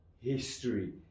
history